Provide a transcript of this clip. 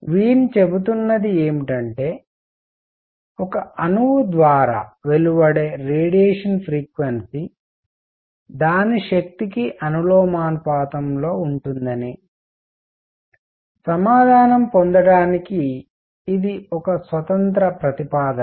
Wien చెబుతున్నది ఏమిటంటే ఒక అణువు ద్వారా వెలువడే రేడియేషన్ ఫ్రీక్వెన్సీ పౌనఃపున్యం దాని శక్తికి అనులోమానుపాతంలో ఉంటుందని సమాధానం పొందడానికి ఇది ఒక స్వతంత్ర ప్రతిపాదన